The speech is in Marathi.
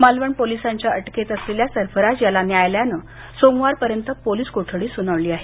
मालवण पोलिसांच्या अटकेत असलेल्या सर्फराज याला न्यायालयान सोमवारपर्यंत पोलीस कोठडी सुनावली आहे